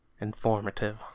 informative